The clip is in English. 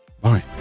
Bye